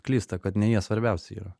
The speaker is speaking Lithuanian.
klysta kad ne jie svarbiausi yra